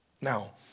Now